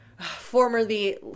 formerly